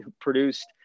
produced